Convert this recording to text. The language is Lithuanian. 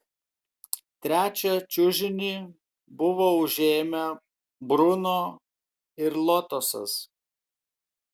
trečią čiužinį buvo užėmę bruno ir lotosas